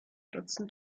dutzend